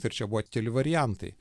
ir čia buvo keli variantai